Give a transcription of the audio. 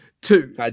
Two